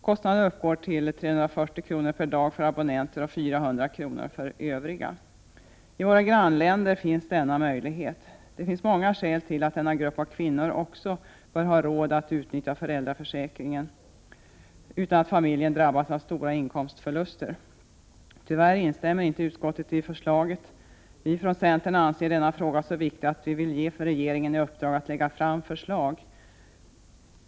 Kostnaden uppgår till 340 kr. per dag för abonnenter och 400 kr. per dag för övriga. I våra grannländer finns denna möjlighet. Det finns många skäl till att också denna grupp av kvinnor bör ha råd att utnyttja föräldraförsäkringen utan att familjen drabbas av stora inkomstförluster. Tyvärr instämmer inte utskottet i förslaget. Vi från centern anser frågan så viktig att vi vill ge regeringen i uppdrag att lägga fram förslag.